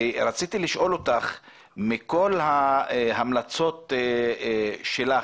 מכל ההמלצות שלך,